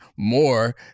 more